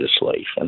legislation